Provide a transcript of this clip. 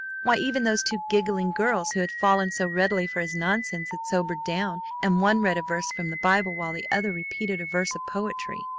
why, even those two giggling girls who had fallen so readily for his nonsense had sobered down and one read a verse from the bible while the other repeated a verse of poetry!